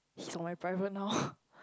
he's on like private now